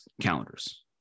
calendars